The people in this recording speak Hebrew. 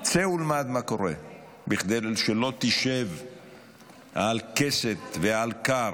צא ולמד מה קורה כדי שלא תשב על כסת ועל כר